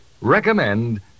recommend